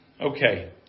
Okay